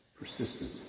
persistent